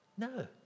No